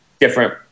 different